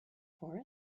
for